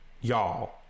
y'all